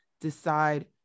decide